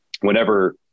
whenever